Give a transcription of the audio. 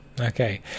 Okay